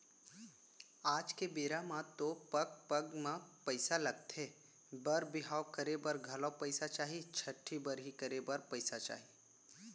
आज के बेरा म तो पग पग म पइसा लगथे बर बिहाव करे बर घलौ पइसा चाही, छठ्ठी बरही करे बर पइसा चाही